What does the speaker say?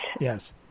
yes